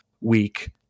week